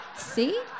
see